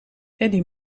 eddy